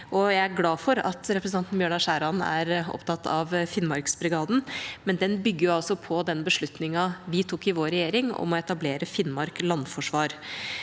Jeg er glad for at representanten Bjørnar Skjæran er opptatt av Finnmarksbrigaden, men den bygger altså på den beslutningen vi tok i vår regjering om å etablere Finnmark landforsvar.